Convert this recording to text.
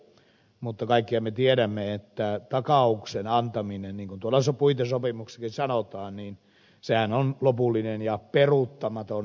mutta kaikkihan me tiedämme että takauksen antaminenhan niin kuin tuolla puitesopimuksessakin sanotaan on lopullinen ja peruuttamaton